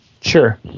Sure